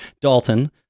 Dalton